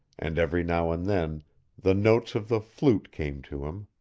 and every now and then the notes of the flute came to him.